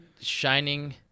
shining